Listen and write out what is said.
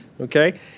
Okay